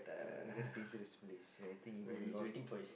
uh very dangerous place I think he going to lost his uh